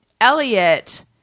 Elliot